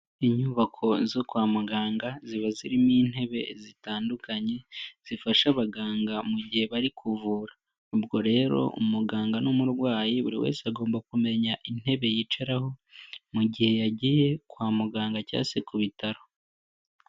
Inyubako zo kwa muganga ziba zirimo intebe zitandukanye zifasha abaganga mu gihe bari kuvura, ubwo rero umuganga n'umurwayi buri wese agomba kumenya intebe yicaraho mu gihe yagiye kwa muganga cya se ku bitaro.